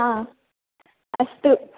अस्तु